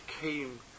came